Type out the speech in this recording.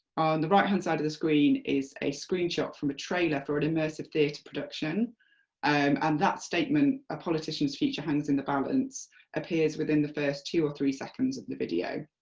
the right-hand side of the screen is a screenshot from a trailer for an immersive theatre production and um that statement, a politician's future hangs in the balance appears within the first two or three seconds of the video.